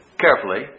carefully